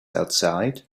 outside